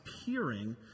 appearing